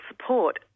support